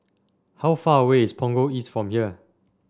how far away is Punggol East from here